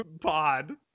pod